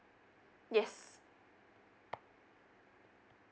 yes